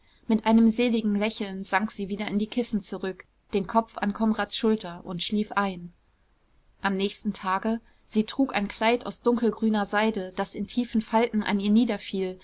mit einem seligen lächeln sank sie wieder in die kissen zurück den kopf an konrads schulter und schlief ein am nächsten tage sie trug ein kleid aus dunkelgrüner seide das in tiefen falten an ihr